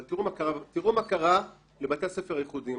אבל תראו מה קרה לבתי הספר הייחודיים.